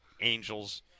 Angels